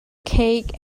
cake